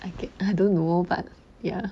okay I don't know but ya